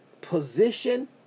position